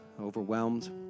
overwhelmed